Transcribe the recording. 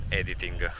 editing